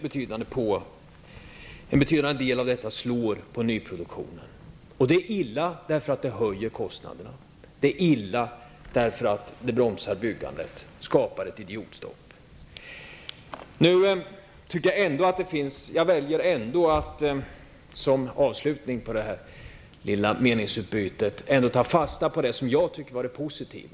En betydande del av detta slår mot nyproduktionen. Det är illa, därför att kostnaderna därmed höjs. Det är illa, därför att det bromsar byggandet och skapar ett idiotstopp. Jag väljer ändå, för att nu avsluta det här lilla meningsutbytet, att ta fasta på det som jag tycker är positivt.